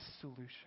solution